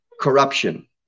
corruption